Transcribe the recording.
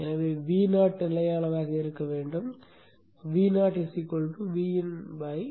எனவே Vo நிலையானதாக இருக்க வேண்டும் Vo Vin